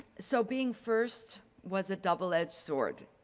so being first was a double edged sword.